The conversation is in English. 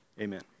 Amen